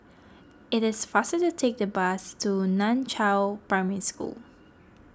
it is faster to take the bus to Nan Chiau Primary School